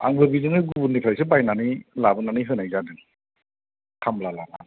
आंबो बिदिनो गुबुननिफ्रायसो बायनानै लाबोनानै होनाय जादों खामला लाना